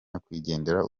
nyakwigendera